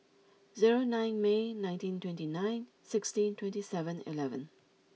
zero nine May nineteen twenty nine sixteen twenty seven eleven